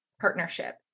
partnership